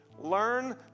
learn